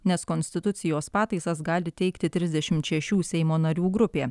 nes konstitucijos pataisas gali teikti trisdešimt šešių seimo narių grupė